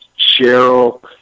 Cheryl